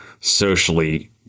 socially